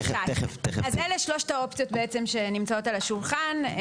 אז אלה שלושת האופציה שבעצם נמצאות על השולחן.